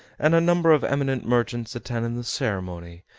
and a number of eminent merchants attended the ceremony,